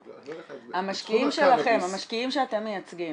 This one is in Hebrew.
אני לא יודע -- המשקיעים שאתם מייצגים